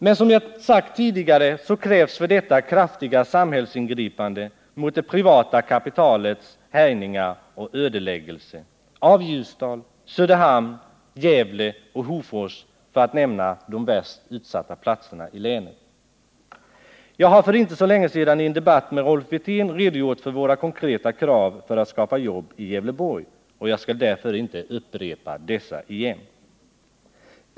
Men som jag sagt tidigare krävs för detta kraftiga samhällsingripanden mot det privata kapitalets härjningar och ödeläggelse av Ljusdal, Söderhamn, Gävle och Hofors — för att nämna de värst utsatta platserna i länet. Jag har för inte så länge sedan i en debatt med Rolf Wirtén redogjort för våra konkreta krav när det gäller att skapa jobb i Gävleborg, och jag skall därför inte upprepa dessa igen.